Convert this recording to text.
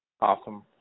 Awesome